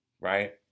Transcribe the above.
right